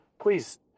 please